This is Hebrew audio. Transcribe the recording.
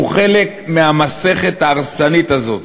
הוא חלק מהמסכת ההרסנית הזאת